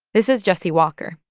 this is jesse walker,